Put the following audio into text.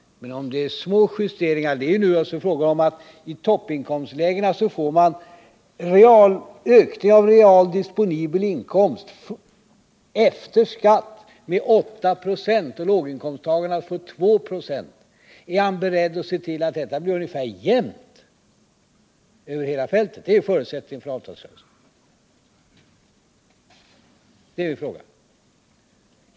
Enligt det borgerliga förslaget får man i toppinkomstlägena en ökning av den reala disponibla inkomsten efter skatt med 96, medan låginkomsttagarna får 2 96. Är Thorbjörn Fälldin beredd att se till att ökningen blir ungefär jämn över hela fältet? Det är en förutsättning för avtalsrörelsen.